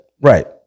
Right